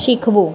શીખવું